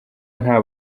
nta